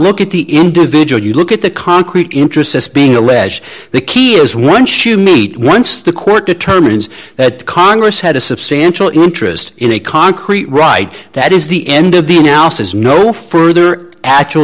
look at the individual you look at the concrete interests as being alleged the key is once you meet once the court determines that the congress had a substantial interest in a concrete right that is the end of the now says no further actual